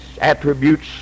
attributes